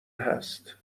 هست